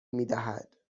میدهد